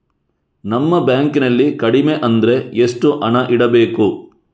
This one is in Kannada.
ನಮ್ಮ ಬ್ಯಾಂಕ್ ನಲ್ಲಿ ಕಡಿಮೆ ಅಂದ್ರೆ ಎಷ್ಟು ಹಣ ಇಡಬೇಕು?